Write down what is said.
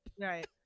Right